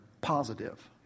positive